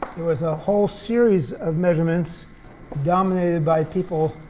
there was a whole series of measurements dominated by people